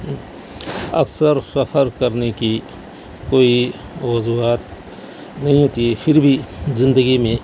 اکثر سفر کرنے کی کوئی وجوہات نہیں ہوتی پھر بھی زندگی میں